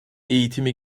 eğitimi